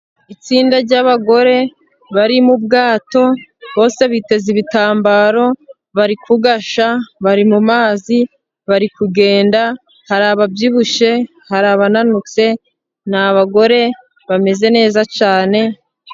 Itsinda ry'abagore bari mu bwato bose biteze ibitambaro, bari kugashya, bari mu mazi, bari kugenda, hari ababyibushye, hari abananutse, ni abagore bameze neza cyane.